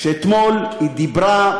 אתמול היא דיברה,